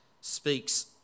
speaks